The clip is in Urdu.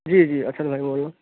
جی جی احسن بھائی بول رہا ہوں